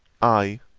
i,